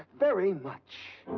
very much!